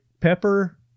pepper